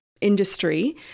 industry